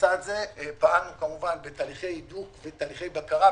לצד זה פעלנו בתהליכי הידוק ותהליכי בקרה,